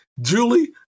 Julie